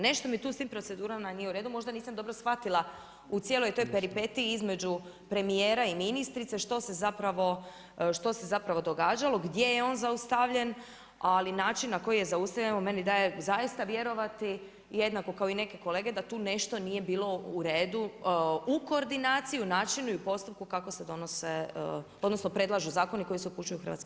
Nešto mi tu s tim procedurama nije u redu možda nisam dobro shvatila u cijeloj toj peripetiji između premijera i ministrice što se zapravo događalo, gdje je on zaustavljen, ali način na koji je zaustavljen evo meni daje zaista vjerovati jednako kao i neke kolege, da tu nešto nije bio u redu u koordinaciji, načinu i postupku kako se donose, odnosno predlažu zakoni koji se upućuju u Hrvatski sabor.